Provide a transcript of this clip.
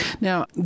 Now